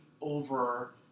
over